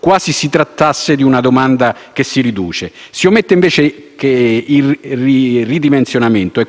quasi si trattasse di una domanda che si riduce. Si omette, invece, che il ridimensionamento è